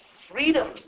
freedom